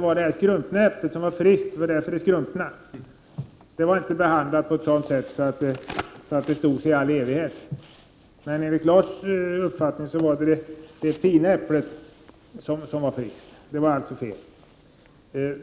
var naturligtvis det skrumpna äpplet som var friskt, det var ju därför det skrumpnade. Det äpplet var nämligen inte behandlat på ett sådant sätt att det höll sig i all evighet. Men enligt Lars Ernestams uppfattning så var det det fina äpplet som var friskt. Det var alltså fel.